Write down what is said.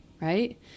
right